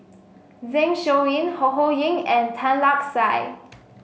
Zeng Shouyin Ho Ho Ying and Tan Lark Sye